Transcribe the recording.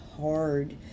hard